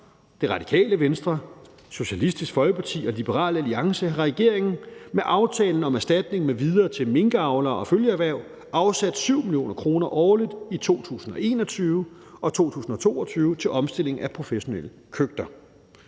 Radikale Venstre, Socialistisk Folkeparti og Liberal Alliance har regeringen med aftalen om erstatning m.v. til minkavlere og følgeerhverv afsat 7 mio. kr. årligt i 2021 og 2022 til omstilling af professionelle køkkener.